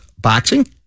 boxing